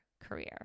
career